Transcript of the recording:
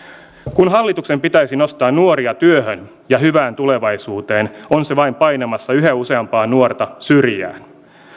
kun hallituksen pitäisi nostaa nuoria työhön ja hyvään tulevaisuuteen on se vain painamassa yhä useampaa nuorta syrjään